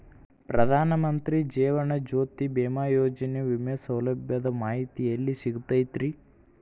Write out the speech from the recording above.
ಪ್ರಧಾನ ಮಂತ್ರಿ ಜೇವನ ಜ್ಯೋತಿ ಭೇಮಾಯೋಜನೆ ವಿಮೆ ಸೌಲಭ್ಯದ ಮಾಹಿತಿ ಎಲ್ಲಿ ಸಿಗತೈತ್ರಿ?